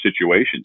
situations